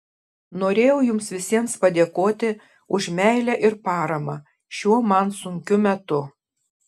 norėjau jums visiems padėkoti už meilę ir paramą šiuo man sunkiu metu